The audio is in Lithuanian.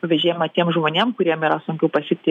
pavėžėjimą tiem žmonėm kuriem yra sunkiau pasikti